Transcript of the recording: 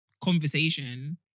conversation